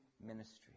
ministry